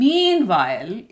Meanwhile